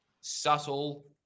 subtle